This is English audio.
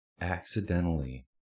accidentally